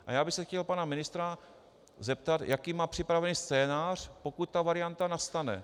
A já bych se chtěl pana ministra zeptat, jaký má připraven scénář, pokud ta varianta nastane.